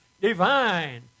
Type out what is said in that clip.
Divine